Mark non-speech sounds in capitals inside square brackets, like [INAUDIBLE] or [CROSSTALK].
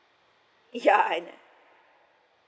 ya I [LAUGHS]